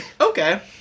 Okay